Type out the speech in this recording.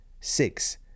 six